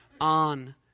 on